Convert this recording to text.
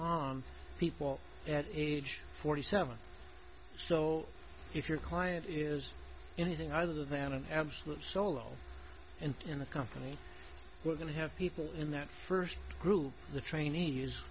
on people at age forty seven so if your client is anything other than an absolute solo and in the company we're going to have people in that first group the train